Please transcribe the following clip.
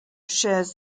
shares